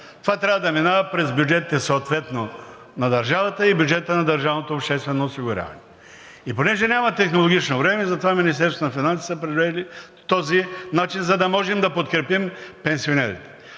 това трябва да минава през бюджетите съответно на държавата и бюджета на държавното обществено осигуряване. И понеже няма технологично време, затова Министерството на финансите са предприели този начин, за да можем да подкрепим пенсионерите.